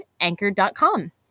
Anchor.com